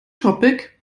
topic